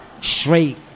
straight